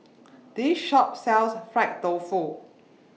This Shop sells Fried Tofu